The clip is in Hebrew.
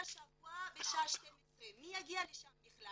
השבוע בשעה 12:00. מי יגיע לשם בכלל?